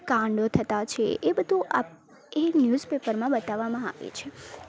કાંડો થતા છે એ બધું આ એ ન્યૂઝપેપરમાં બતાવવામાં આવે છે